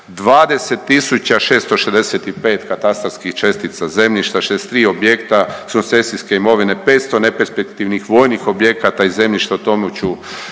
20.665 zemljišta, 63 objekta sukcesijske imovine, 500 neperspektivnih vojnih objekata i zemljišta i 40